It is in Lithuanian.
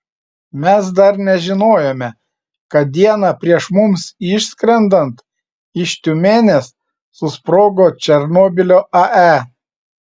mes dar nežinojome kad dieną prieš mums išskrendant iš tiumenės susprogo černobylio ae